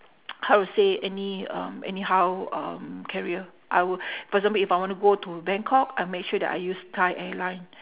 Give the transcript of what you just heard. how to say any um anyhow um carrier I will for example if I wanna go to bangkok I make sure that I use thai airline